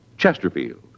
Chesterfield